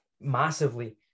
massively